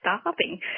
starving